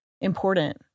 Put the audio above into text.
important